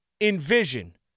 envision